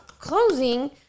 closing